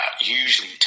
usually